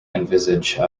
envisage